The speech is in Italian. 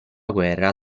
guerra